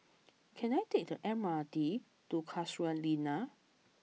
can I take the M R T to Casuarina